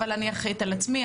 אבל אני אחראית על עצמי,